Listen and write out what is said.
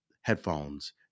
headphones